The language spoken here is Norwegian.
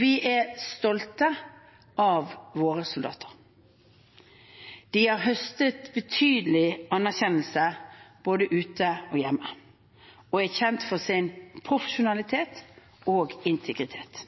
Vi er stolte av våre soldater. De har høstet betydelig anerkjennelse både ute og hjemme og er kjent for sin profesjonalitet og integritet.